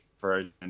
version